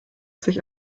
sich